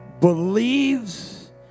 believes